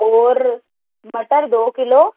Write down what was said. और मटर दो किलो